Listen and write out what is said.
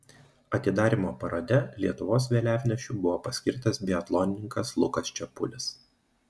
atidarymo parade lietuvos vėliavnešiu buvo paskirtas biatlonininkas lukas čepulis